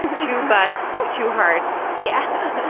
too. but two hearts. yeah